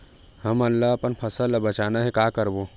हमन ला अपन फसल ला बचाना हे का करबो?